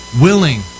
Willing